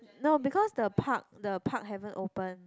no because the park the park haven't open